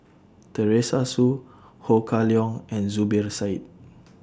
Teresa Hsu Ho Kah Leong and Zubir Said